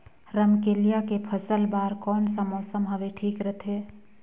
रमकेलिया के फसल बार कोन सा मौसम हवे ठीक रथे?